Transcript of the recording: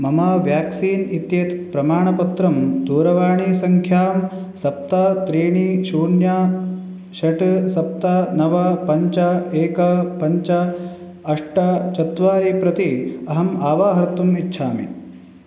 मम व्याक्सीन् इत्येतत् प्रमाणपत्रं दूरवाणी संख्या सप्त त्रीणि शून्यं षट् सप्त नव पञ्च एक पञ्च अष्ट चत्वारि प्रति अहम् आवाहर्तुम् इच्छामि